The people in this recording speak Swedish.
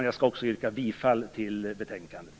Jag skall också yrka bifall till hemställan i betänkandet.